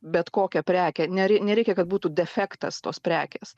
bet kokią prekę ner nereikia kad būtų defektas tos prekės